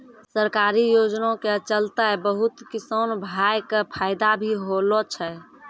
सरकारी योजना के चलतैं बहुत किसान भाय कॅ फायदा भी होलो छै